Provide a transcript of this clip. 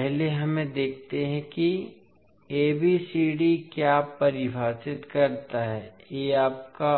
पहले हमें देखते हैं कि ABCD क्या परिभाषित करता है A आपका